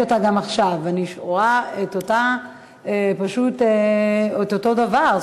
אותה גם עכשיו ואני רואה פשוט את אותו דבר,